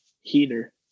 Heater